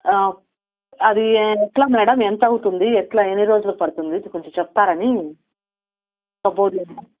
అది ఎట్లా మ్యాడమ్ ఎంత అవుతుంది ఎట్లా ఎన్ని రోజులు పడుతుంది కొంచెం చెప్తారని కబోర్డులు